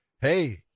hey